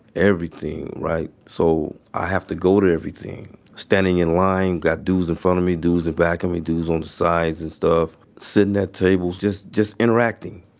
everything. right? so, i have to go to everything standing in line, got dudes in front of me, dudes in back of me, dudes on the sides and stuff, sitting at tables just just interacting.